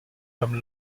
comme